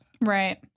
Right